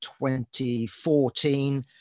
2014